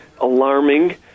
alarming